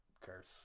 curse